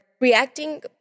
reacting